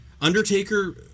Undertaker